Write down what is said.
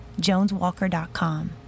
joneswalker.com